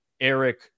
Eric